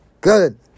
good